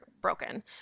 broken